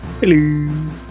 Hello